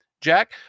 Jack